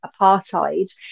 apartheid